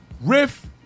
Riff